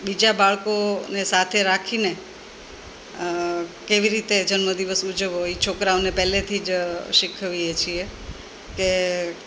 બીજા બાળકોને સાથે રાખીને કેવી રીતે જન્મદિવસ ઉજવવો હોય છોકરાઓને પહેલેથી જ શીખવીએ છીએ તે